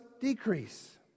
decrease